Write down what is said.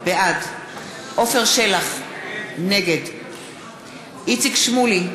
בעד עפר שלח, נגד איציק שמולי,